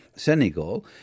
Senegal